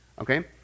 okay